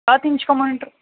سات انچ کا مانیٹر